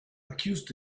accused